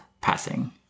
passing